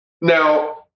Now